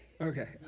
Okay